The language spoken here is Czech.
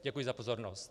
Děkuji za pozornost.